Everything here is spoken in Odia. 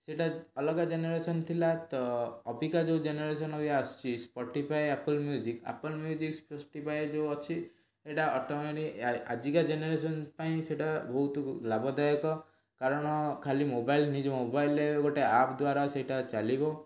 ସେଟା ଅଲଗା ଜେନେରେସନ୍ ଥିଲା ତ ଅବିକା ଯେଉଁ ଜେନେରେସନ୍ ଅଭି ଆସୁଛି Spotify Apple music Apple music Spotify ଯେଉଁ ଅଛି ସେଟା ଅଟୋମେଟିକ୍ ଆଜିକା ଜେନେରେସନ୍ ପାଇଁ ସେଟା ବହୁତ ଲାଭଦାୟକ କାରଣ ଖାଲି ମୋବାଇଲ୍ ନିଜ ମୋବାଇଲ୍ରେ ଗୋଟେ ଆପ୍ ଦ୍ଵାରା ସେଇଟା ଚାଲିବ